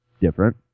different